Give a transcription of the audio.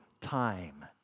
time